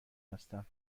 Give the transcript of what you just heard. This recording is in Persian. هستم